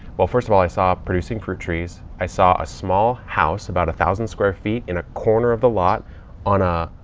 well, first of all, i saw producing fruit trees. i saw a small house, about a thousand square feet in a corner of the lot on a,